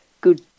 Good